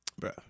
Bro